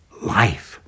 life